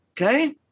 okay